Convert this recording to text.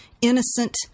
innocent